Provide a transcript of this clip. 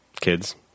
Kids